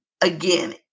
Again